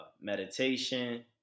meditation